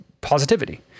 positivity